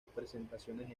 presentaciones